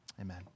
amen